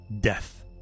death